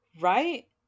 Right